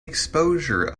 exposure